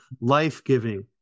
life-giving